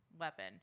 weapon